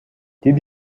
did